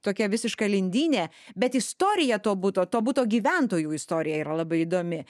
tokia visiška lindynė bet istorija to buto to buto gyventojų istorija yra labai įdomi